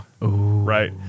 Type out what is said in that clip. right